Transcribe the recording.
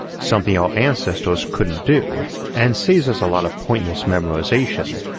something our ancestors couldn't do, and save us a lot of pointless memorization.